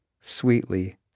sweetly